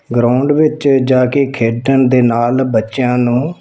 ground ਵਿੱਚ ਜਾ ਕੇ ਖੇਡਣ ਦੇ ਨਾਲ ਬੱਚਿਆਂ ਨੂੰ